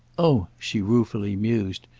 oh, she ruefully mused,